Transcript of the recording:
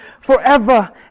forever